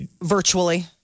virtually